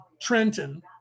Trenton